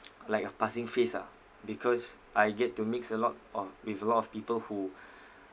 like a passing phase ah because I get to mix a lot of with a lot of people who